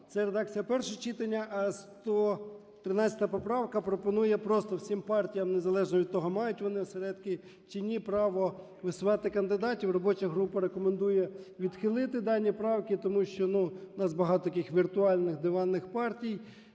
Це редакція першого читання. А 113 поправка пропонує просто всім партіям, незалежно від того, мають вони осередки чи ні, право висувати кандидатів. Робоча група рекомендує відхилити дані правки. Тому що, ну, у нас багато таких віртуальних диванних партій.